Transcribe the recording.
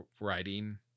writing